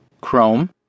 Chrome